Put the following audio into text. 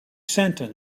sentence